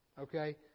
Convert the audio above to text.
okay